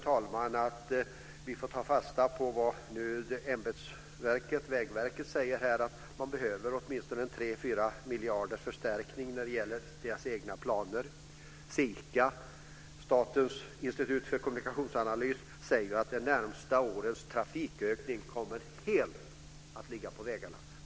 Jag tror vi får ta fasta på vad Vägverket säger, nämligen att det behövs 3-4 miljarders förstärkning för verkets egna planer. SIKA, Statens institut för kommunikationsanalys, säger att de närmsta årens trafikökning kommer helt att ligga på vägarna.